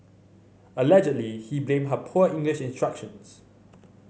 allegedly he blamed her poor English instructions